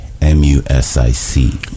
M-U-S-I-C